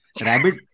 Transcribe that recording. Rabbit